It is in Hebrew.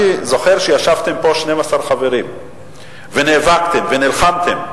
אני זוכר שישבתם פה 12 חברים ונאבקתם ונלחמתם.